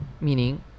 meaning